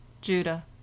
JUDAH